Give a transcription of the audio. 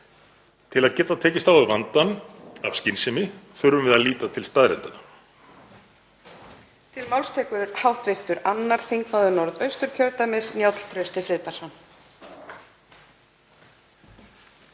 Til að geta tekist á við vandann af skynsemi þurfum við að líta til staðreyndanna.